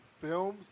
films